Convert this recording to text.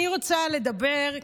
אני רוצה לדבר,